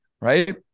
right